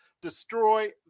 destroy